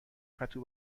پتو